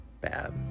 bad